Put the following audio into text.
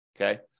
Okay